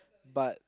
but